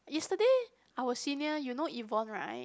yesterday our senior you know Yvonne right